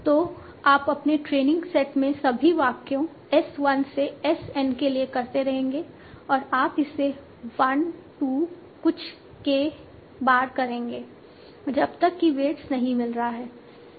तो आप अपने ट्रेनिंग सेट में सभी वाक्यों S 1 से S N के लिए करते रहेंगे और आप इसे 1 2 कुछ K बार करेंगे जब तक कि वेट्स नहीं मिल रहा है